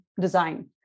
design